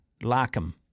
Larkham